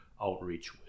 outreach